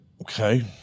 Okay